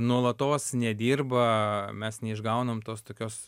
nuolatos nedirba mes neišgaunam tos tokios